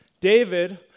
David